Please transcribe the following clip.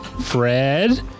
Fred